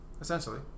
Essentially